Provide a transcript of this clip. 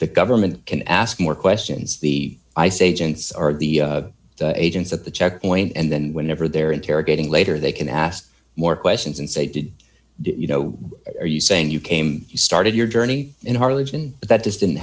the government can ask more questions the ice agents are the agents at the checkpoint and then whenever they're interrogating later they can ask more questions and say did did you know are you saying you came started your journey in harlingen that this didn't